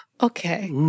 Okay